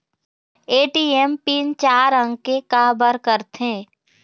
ATM PIN चार अंक के का बर करथे?